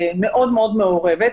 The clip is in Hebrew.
מאוד מאוד מעורבת.